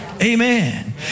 Amen